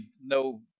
no